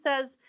says